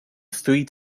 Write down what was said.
three